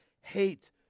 hate